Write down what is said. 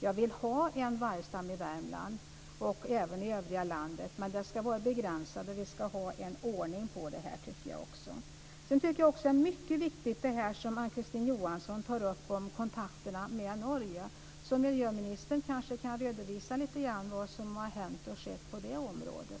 Jag vill ha en vargstam i Värmland och även i övriga landet, men den ska vara begränsad och vi ska ha ordning på det. Det är också mycket viktigt, som Ann-Kristine Johansson sade, med kontakterna med Norge. Miljöministern kanske kan redovisa vad som har hänt och skett på det området.